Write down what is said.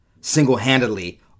single-handedly